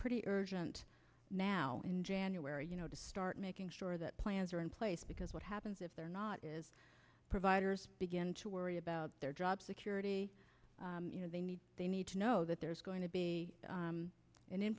pretty urgent now in january you know to start making sure that plans are in place because what happens if they're not is providers begin to worry about their job security you know they need they need to know that there's going to